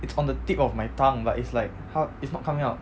it's on the tip of my tongue but it's like 它 is not coming out